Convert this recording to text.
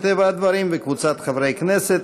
מטבע הדברים,